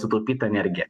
sutaupytą energiją